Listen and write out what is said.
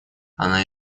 она